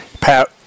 Pat